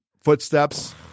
footsteps